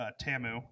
Tamu